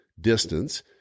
distance